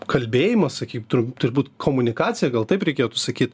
kalbėjimą sakyt tu turbūt komunikaciją gal taip reikėtų sakyt